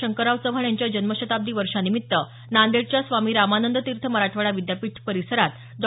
शंकरराव चव्हाण यांच्या जन्मशताब्दी वर्षांनिमित्त नांदेडच्या स्वामी रामानंद तीर्थ मराठवाडा विद्यापीठ परिसरात डॉ